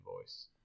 voice